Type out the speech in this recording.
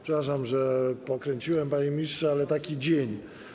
Przepraszam, że pokręciłem, panie ministrze, ale taki dzień.